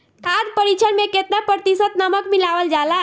खाद्य परिक्षण में केतना प्रतिशत नमक मिलावल जाला?